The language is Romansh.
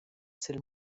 sil